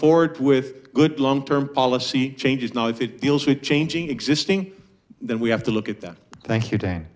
forth with good long term policy changes now if it deals with changing existing then we have to look at that thank you d